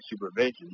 supervision